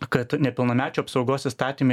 kad nepilnamečių apsaugos įstatyme